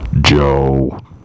Joe